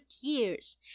years